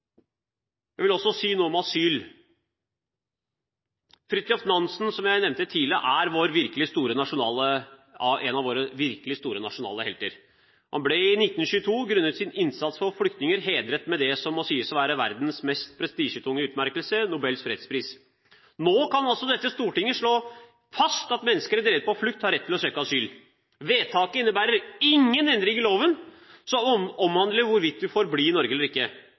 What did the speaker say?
Jeg vil også si noe om asyl. Fridtjof Nansen, som jeg nevnte tidligere, er en av våre virkelig store nasjonale helter. Han ble på grunn av sin innsats for flyktninger i 1922 hedret med det som må sies å være en av verdens mest prestisjetunge utmerkelser, Nobels fredspris. Nå kan dette stortinget slå fast at mennesker drevet på flukt har rett til å søke asyl. Vedtaket innebærer ingen endring i loven som omhandler hvorvidt du får bli i Norge eller ikke.